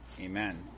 Amen